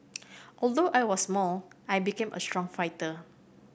although I was small I became a strong fighter